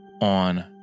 on